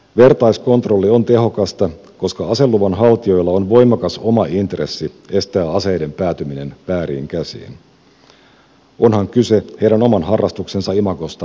vertaiskontrolli on tehokasta koska aseluvan haltijoilla on voimakas oma intressi estää aseiden päätyminen vääriin käsiin onhan kyse heidän oman harrastuksensa imagosta ja tulevaisuudesta